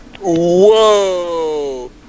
whoa